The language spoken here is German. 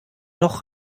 noch